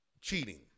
cheating